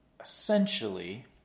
essentially